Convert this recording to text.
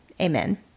Amen